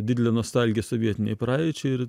didelė nostalgija sovietinei praeičiai ir